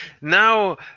Now